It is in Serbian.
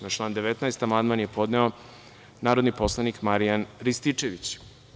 Na član 19. amandman je podneo narodni poslanik Marijan Rističević.